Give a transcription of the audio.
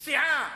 סיעה,